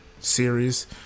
series